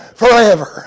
forever